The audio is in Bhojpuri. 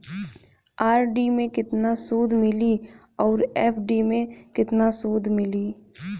आर.डी मे केतना सूद मिली आउर एफ.डी मे केतना सूद मिली?